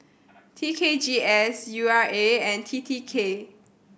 T K G S U R A and T T K